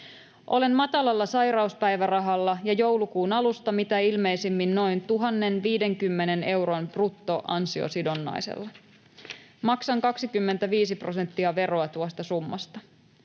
Olen matalalla sairauspäivärahalla ja joulukuun alusta mitä ilmeisimmin noin 1 050 euron bruttoansiosidonnaisella. Maksan 25 prosenttia veroa tuosta summasta.